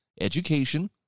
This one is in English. Education